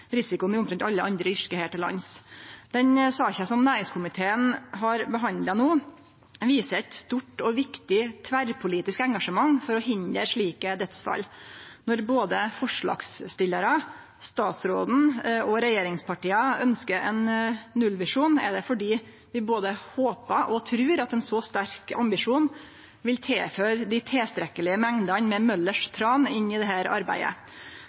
omtrent alle andre yrke her til lands. Den saka som næringskomiteen har behandla no, viser eit stort og viktig tverrpolitisk engasjement for å hindre slike dødsfall. Når både forslagsstillarar, statsråden og regjeringspartia ønskjer ein nullvisjon, er det fordi vi både håpar og trur at ein så sterk ambisjon vil tilføre dei tilstrekkelege mengdene med Møllers Tran inn i dette arbeidet. Desto meir gledeleg er det